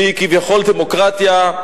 שהיא כביכול דמוקרטיה,